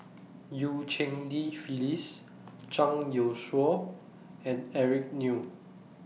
EU Cheng Li Phyllis Zhang Youshuo and Eric Neo